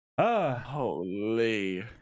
Holy